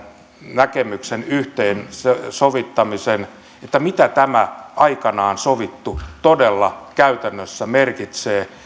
näkemyksen yhteensovittamisen siitä mitä tämä aikanaan sovittu todella käytännössä merkitsee